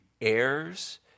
heirs